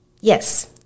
Yes